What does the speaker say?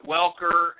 Welker